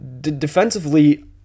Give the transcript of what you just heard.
defensively